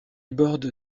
borde